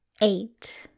Eight